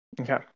Okay